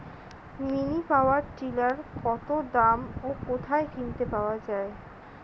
Mini power tiller কত দাম ও কোথায় কিনতে পাওয়া যায়?